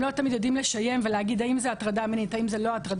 לא תמיד יודעים לשיים ולהגיד האם זה הטרדה מינית או לא.